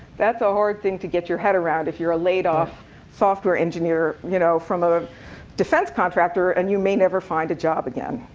that's a hard thing to get your head around if you're a laid off software engineer you know from a defense contractor and you may never find a job again.